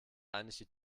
eigentlich